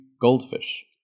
goldfish